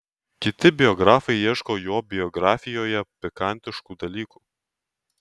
kiti biografai ieško jo biografijoje pikantiškų dalykų